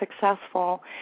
successful